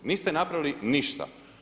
Niste napravili ništa.